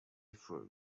through